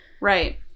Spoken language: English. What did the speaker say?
Right